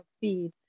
feed